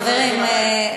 חברים,